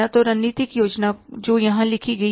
तो रणनीतिक योजना जो यहां लिखी गई है